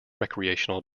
recreational